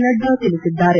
ನಡ್ಡಾ ತಿಳಿಸಿದ್ದಾರೆ